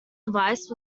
advice